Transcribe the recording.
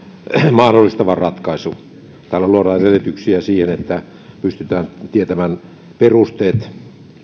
mahdollistava ratkaisu tällä luodaan edellytyksiä sille että pystytään tietämään perusteet